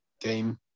game